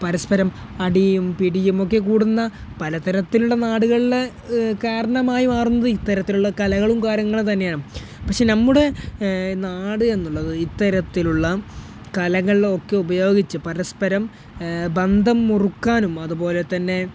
പരസ്പരം അടിയും പിടിയും ഒക്കെക്കൂടുന്ന പലതരത്തിലുള്ള നാടുകളിൽ കാരണമായി മാറുന്നത് ഇത്തരത്തിലുള്ള കലകളും കാര്യങ്ങൾ തന്നെയാണ് പക്ഷെ നമ്മുടെ നാട് എന്നുള്ളത് ഇത്തരത്തിലുള്ള കലകളിലൊക്കെ ഉപയോഗിച്ച് പരസ്പരം ബന്ധം മുറുക്കാനും അതുപോലെത്തന്നെ